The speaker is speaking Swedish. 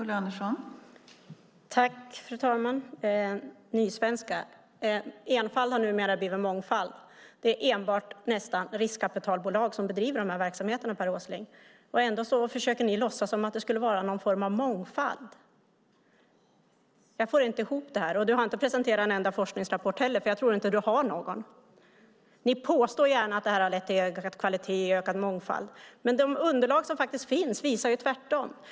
Fru talman! Nysvenska - enfald har numera blivit mångfald. Det är ju nästan enbart riskkapitalbolag som bedriver de här verksamheterna, och ändå försöker ni låtsas som om det vore någon form av mångfald. Jag får inte ihop detta. Du har inte heller presenterat en enda forskningsrapport. Jag tror inte att du har någon. Ni påstår gärna att det här har lett till ökad kvalitet och mångfald, men de underlag som finns visar på motsatsen.